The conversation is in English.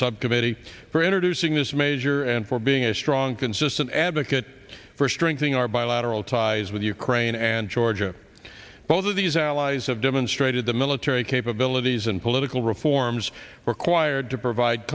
subcommittee for introducing this measure and for being a strong consistent advocate for strengthening our bilateral ties with ukraine and georgia both of these allies have demonstrated the military capabilities and political reforms required to provide